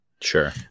Sure